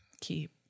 keep